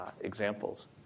examples